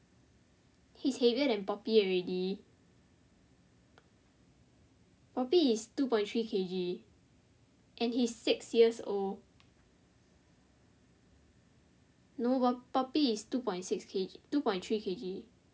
he's heavier then poppy already poppy is two point three K_G and he's six years old no poppy is two point six K_G two point three K_G